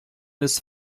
this